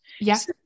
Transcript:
yes